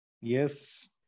Yes